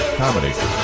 comedy